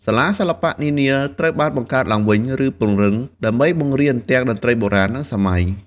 សាលាសិល្បៈនានាត្រូវបានបង្កើតឡើងវិញ ឬពង្រឹង ដើម្បីបង្រៀនទាំងតន្ត្រីបុរាណ និងសម័យ។